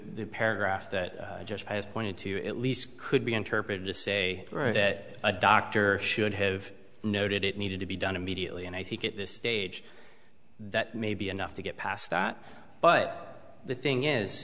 paragraph that just pointed to at least could be interpreted to say that a doctor should have noted it needed to be done immediately and i think at this stage that may be enough to get past that but the thing is